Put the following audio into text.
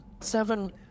seven